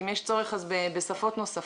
ואם יש צורך אז גם בשפות נוספות,